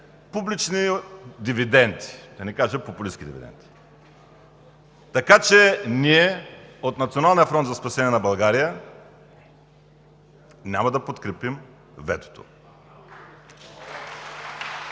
публични дивиденти, да не кажа, популистки дивиденти. Ние от „Националния фронт за спасение на България“ няма да подкрепим ветото